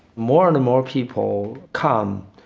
more and more people come.